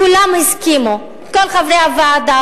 כולם הסכימו,